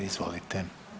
Izvolite.